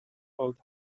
old